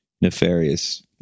nefarious